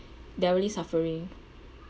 they're really suffering